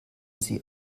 sie